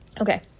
Okay